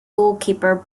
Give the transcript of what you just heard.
goalkeeper